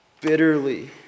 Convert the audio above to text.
bitterly